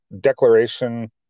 Declaration